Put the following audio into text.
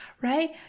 right